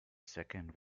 second